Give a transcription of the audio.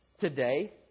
today